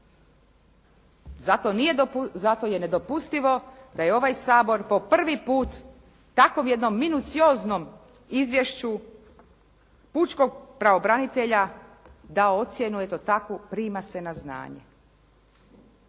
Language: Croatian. Zato je nedopustivo da je ovaj Sabor po prvi put takvom jednom minucioznom izvješću pučkog pravobranitelja dao ocjenu eto takvu, prima se na znanje.